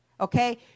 okay